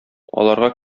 аларга